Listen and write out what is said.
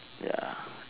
ya